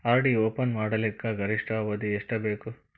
RD open ಮಾಡಲಿಕ್ಕ ಗರಿಷ್ಠ ಅವಧಿ ಎಷ್ಟ ಬೇಕು?